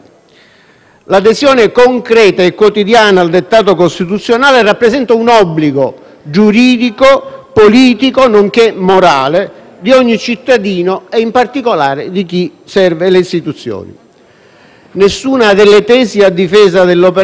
problema con Malta. È vero che il comportamento di Malta è stato esecrabile sotto tutti i punti di vista e anche da un punto di vista morale, ma non si trattava di una controversia internazionale. Si trattava di far rispettare